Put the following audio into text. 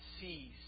sees